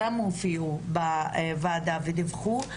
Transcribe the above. גם הופיעו בוועדה ודיווחו,